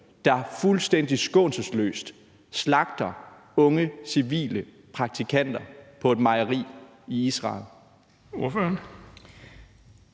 der fuldstændig skånselsløst slagter unge civile praktikanter på et mejeri i Israel?